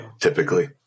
typically